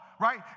right